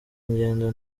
ingendo